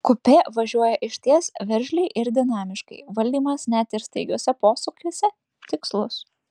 kupė važiuoja išties veržliai ir dinamiškai valdymas net ir staigiuose posūkiuose tikslus